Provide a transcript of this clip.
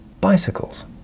Bicycles